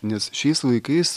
nes šiais laikais